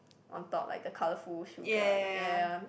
on top like the colourful sugar the ya ya ya